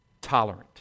Tolerant